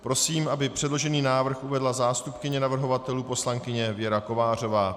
Prosím, aby předložený návrh uvedla zástupkyně navrhovatelů poslankyně Věra Kovářová.